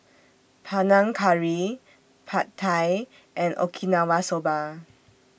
Panang Curry Pad Thai and Okinawa Soba